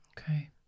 okay